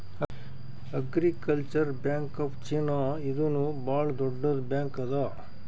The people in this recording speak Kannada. ಅಗ್ರಿಕಲ್ಚರಲ್ ಬ್ಯಾಂಕ್ ಆಫ್ ಚೀನಾ ಇದೂನು ಭಾಳ್ ದೊಡ್ಡುದ್ ಬ್ಯಾಂಕ್ ಅದಾ